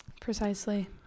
Precisely